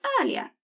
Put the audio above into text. earlier